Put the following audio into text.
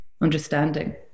understanding